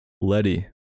Letty